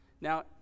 Now